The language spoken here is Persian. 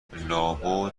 لابد